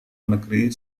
negeri